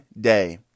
day